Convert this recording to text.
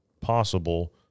possible